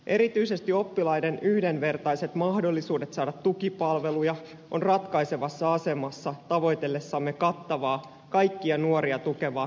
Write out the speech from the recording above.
erityisesti oppilaiden yhdenvertaiset mahdollisuudet saada tukipalveluja ovat ratkaisevassa asemassa tavoitellessamme kattavaa kaikkia nuoria tukevaa koulujärjestelmää